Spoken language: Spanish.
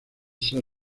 ser